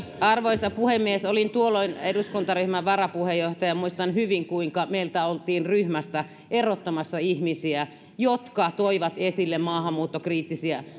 arvoisa puhemies olin tuolloin eduskuntaryhmän varapuheenjohtaja ja muistan hyvin kuinka meiltä oltiin ryhmästä erottamassa ihmisiä jotka toivat esille maahanmuuttokriittisiä